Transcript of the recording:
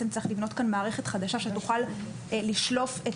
צריך לבנות כאן מערכת חדשה שתוכל לשלוף את